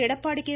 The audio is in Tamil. எடப்பாடி கே